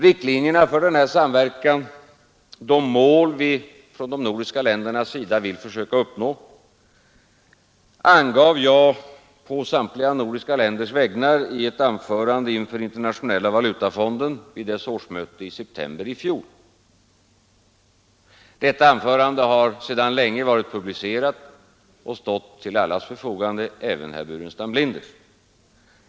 Riktlinjerna för den samverkan, de mål vi från de nordiska ländernas sida vill försöka uppnå, angav jag på samtliga nordiska länders vägnar i ett anförande inför Internationella valutafonden vid dess årsmöte i september i fjol. Detta anförande har sedan länge varit publicerat och stått till allas förfogande — även herr Burenstam Linders.